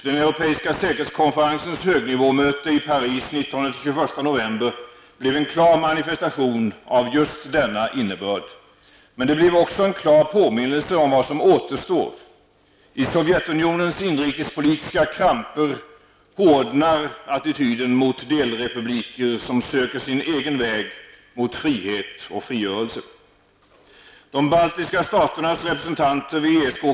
Den europeiska säkerhetskonferensens högnivåmöte i Paris 19--21 november blev en klar manifestation med just denna innebörd. Men det blev också en klar påminnelse om vad som återstår. I Sovjetunionens inrikespolitiska kramper hårdnar attityden mot delrepubliker som söker sin egen väg mot frihet och frigörelse.